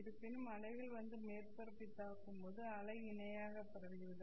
இருப்பினும் அலைகள் வந்து மேற்பரப்பைத் தாக்கும்போது அலை இணையாக பரவுகிறது